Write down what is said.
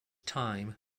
time